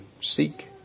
seek